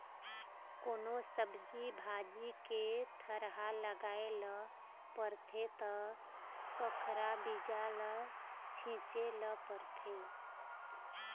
कोनो सब्जी भाजी के थरहा लगाए ल परथे त कखरा बीजा ल छिचे ल परथे